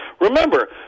Remember